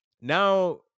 now